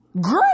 great